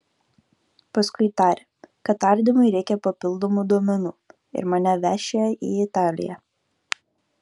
paskui tarė kad tardymui reikią papildomų duomenų ir mane vešią į italiją